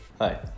Hi